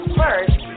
first